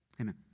amen